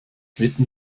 wetten